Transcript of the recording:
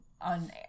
on